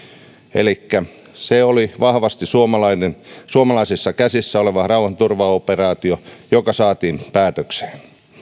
elikkä se oli vahvasti suomalaisissa käsissä oleva rauhanturvaoperaatio joka saatiin päätökseen